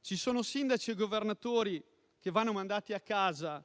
Ci sono sindaci e Governatori che vanno mandati a casa